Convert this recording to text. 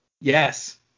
Yes